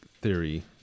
theory